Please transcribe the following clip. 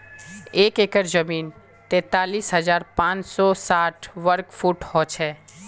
एक एकड़ जमीन तैंतालीस हजार पांच सौ साठ वर्ग फुट हो छे